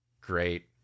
Great